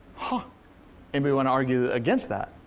but anybody wanna argue against that?